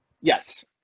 Yes